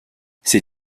ses